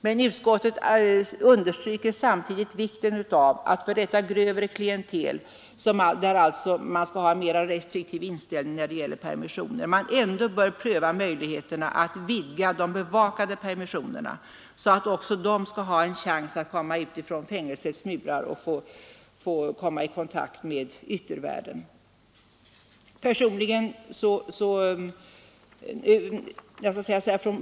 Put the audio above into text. Men utskottet understryker samtidigt vikten av att man för detta grövre klientel, beträffande vilket man alltså skall ha en mer restriktiv inställning när det gäller permissioner, ändå bör pröva möjligheterna att vidga de bevakade permissionerna så att också detta klientel skall ha en chans att komma utanför fängelsets murar och komma i kontakt med yttervärlden.